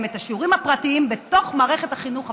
את השיעורים הפרטיים בתוך מערכת החינוך הפורמלית,